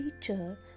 teacher